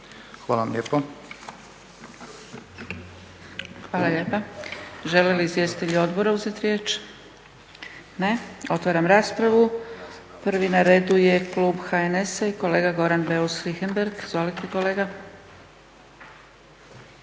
Dragica (SDP)** Hvala lijepa. Žele li izvjestitelji odbora uzeti riječ? Ne. Otvaram raspravu. Prvi na redu je klub HNS-a i kolega Goran Beus Richembergh. Izvolite kolega.